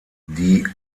die